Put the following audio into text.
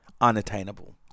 unattainable